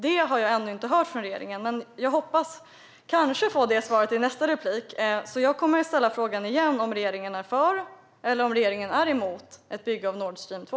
Detta har jag ännu inte hört från regeringen, men jag hoppas på att kanske få det svaret i nästa replik, så jag ställer frågan igen: Är regeringen för eller emot ett bygge av Nord Stream 2?